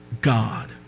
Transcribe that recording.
God